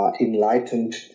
enlightened